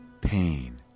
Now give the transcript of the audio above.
pain